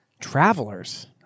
Travelers